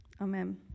Amen